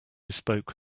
spoke